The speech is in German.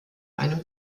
einem